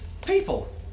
People